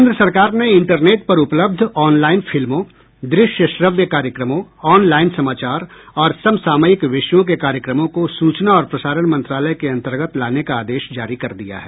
केन्द्र सरकार ने इंटरनेट पर उपलब्ध ऑनलाइन फिल्मों दृश्य श्रव्य कार्यक्रमों ऑनलाइन समाचार और समसामायिक विषयों के कार्यक्रमों को सूचना और प्रसारण मंत्रालय के अंतर्गत लाने का आदेश जारी कर दिया है